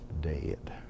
dead